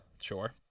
Sure